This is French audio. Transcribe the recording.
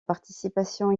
participation